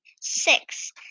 six